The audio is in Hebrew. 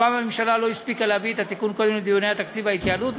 הפעם הממשלה לא הספיקה להביא את התיקון קודם לדיוני התקציב וההתייעלות,